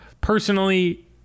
Personally